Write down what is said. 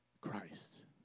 Christ